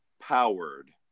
powered